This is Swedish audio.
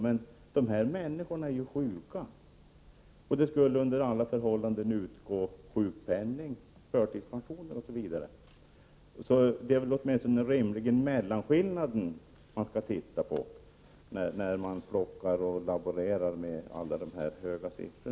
Men dessa människor är ju sjuka, och det skulle under alla förhållanden utgå sjukpenning, förtidspension osv. Då är det väl rimligen mellanskillnaden som man skall se på när man laborerar med dessa höga siffror.